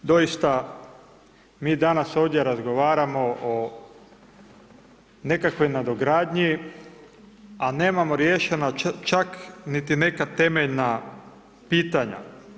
Doista mi danas ovdje razgovaramo o nekakvoj nadogradnji, a nemamo riješeno čak niti neka temeljna pitanja.